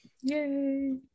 yay